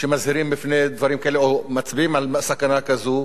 שמזהירים מפני דברים כאלה או מצביעים על סכנה כזאת,